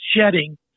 shedding